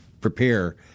prepare